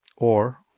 or